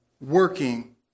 working